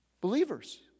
Believers